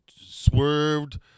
swerved